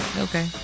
Okay